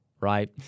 right